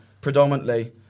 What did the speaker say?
predominantly